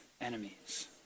enemies